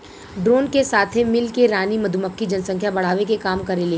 drone के साथे मिल के रानी मधुमक्खी जनसंख्या बढ़ावे के काम करेले